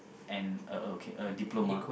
and and a diploma